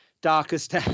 darkest